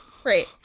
Great